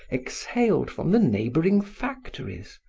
exhaled from the neighboring factories,